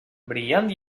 brillant